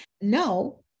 No